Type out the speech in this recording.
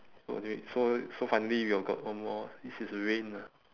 so wait so so finally we got one more which is rain ah